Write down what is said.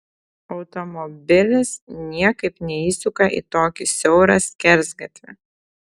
automobilis niekaip neįsuka į tokį siaurą skersgatvį